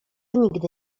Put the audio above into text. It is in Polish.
nigdy